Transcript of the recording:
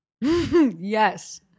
Yes